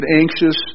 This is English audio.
anxious